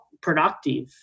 productive